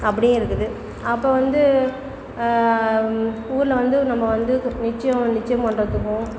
அப்படியும் இருக்குது அப்போ வந்து ஊரில் வந்து நம்ம வந்து கோ நிச்சியம் நிச்சயம் பண்ணுறதுக்கும்